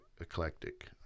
eclectic